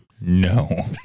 No